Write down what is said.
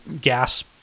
gas